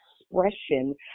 expression